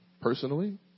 Personally